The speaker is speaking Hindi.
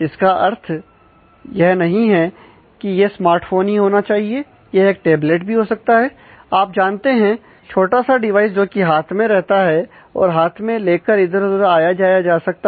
इसका यह अर्थ नहीं है कि यह स्मार्टफोन ही होना चाहिए यह एक टेबलेट भी हो सकता है आप जानते हैं छोटा सा डिवाइस जोकि हाथ में रहता है और हाथ में लेकर इधर उधर आया जाया जा सकता है